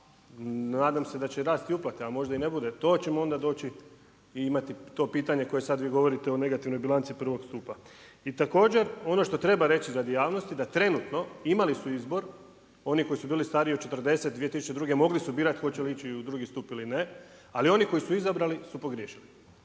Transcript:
nadam se da će rasti i uplata, a možda i ne bude, to ćemo onda doći imati to pitanje koje vi sad govorite o negativnoj bilanci prvog stupa. I također, ono što treba reći radi javnosti, da trenutno, imali su izbor, oni koji su bili stariji od 40 2002. mogli su birati hoće li ići u drugi stup ili ne. Ali oni koji su izabrali su pogriješili.